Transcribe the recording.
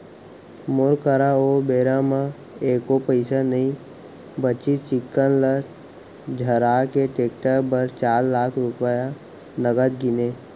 मोर करा ओ बेरा म एको पइसा नइ बचिस चिक्कन ल झर्रा के टेक्टर बर चार लाख रूपया नगद गिनें